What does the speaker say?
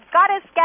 Goddess